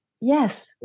Yes